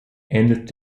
ähnelt